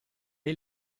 est